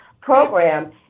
program